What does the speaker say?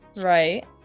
Right